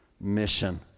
mission